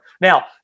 Now